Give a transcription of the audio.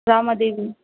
मैं रामा देवी